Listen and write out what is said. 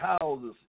houses